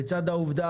לצד העובדות